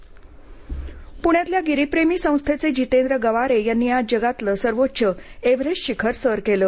गिरीप्रेमी पूण्यातील गिरीप्रेमी संस्थेचे जितेंद्र गवारे यांनी आज जगातलं सर्वोच्च एव्हरेस्ट शिखर सर केलं